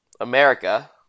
America